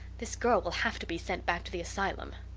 this girl will have to be sent back to the asylum.